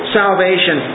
salvation